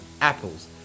apples